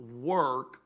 work